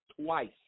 twice